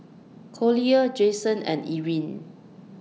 Collier Jayson and Erin